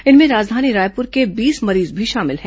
इनमें राजधानी रायपुर के बीस मरीज भी शामिल हैं